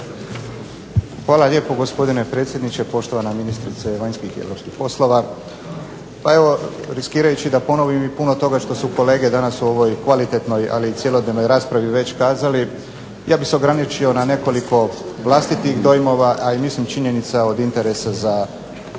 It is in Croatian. Hvala lijepo, gospodine predsjedniče. Poštovana ministrice vanjskih i europskih poslova. Pa evo riskirajući da ponovim i puno toga što su kolege danas u ovoj kvalitetnoj ali i cjelodnevnoj raspravi već kazali, ja bih se ograničio na nekoliko vlastitih dojmova a i mislim činjenica od interesa za ovu